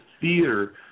theater